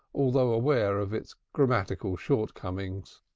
although aware of its grammatical shortcomings.